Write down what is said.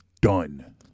Done